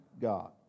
God